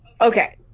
Okay